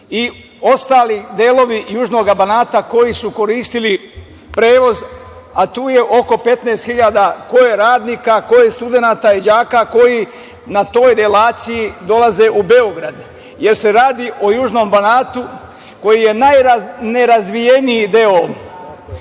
i ostali delovi južnoga Banata koji su koristili prevoz, a tu je oko 15 hiljada radnika, studenata, đaka koji na toj relaciji dolaze u Beograd, jer se radi o južnom Banatu, koji je najnerazvijeniji deo